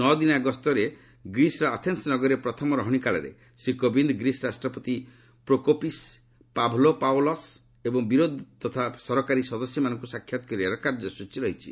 ନ' ଦିନିଆ ଗସ୍ତର ଗ୍ରୀସ୍ର ଆଥେନ୍ନ ନଗରୀରେ ପ୍ରଥମ ରହଣି କାଳରେ ଶ୍ରୀ କୋବିନ୍ଦ ଗ୍ରୀସ୍ ରାଷ୍ଟ୍ରପତି ପ୍ରୋକୋପିସ୍ ପାଭ୍ଲୋପାଓଲସ୍ ଏବଂ ବିରୋଧୀ ତଥା ସରକାରୀ ସଦସ୍ୟମାନଙ୍କୁ ସାକ୍ଷାତ କରିବାର କାର୍ଯ୍ୟ ସୂଚୀ ରହିଛି